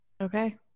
okay